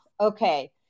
Okay